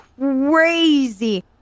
crazy